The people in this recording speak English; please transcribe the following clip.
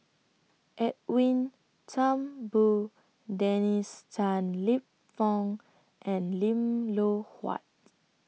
Edwin Thumboo Dennis Tan Lip Fong and Lim Loh Huat